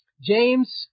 James